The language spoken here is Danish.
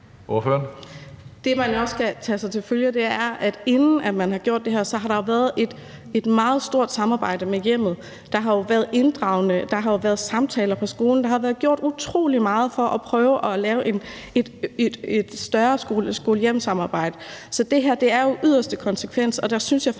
Det, man også skal lægge sig på sinde, er, at inden man har gjort det her, så har der været et meget stort samarbejde med hjemmet. Der har jo været samtaler på skolen. Der har været gjort utrolig meget for at prøve at skabe et større skole-hjem-samarbejde. Så det her er jo den yderste konsekvens, og der synes jeg, faktisk,